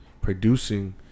producing